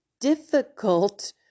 difficult